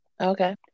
Okay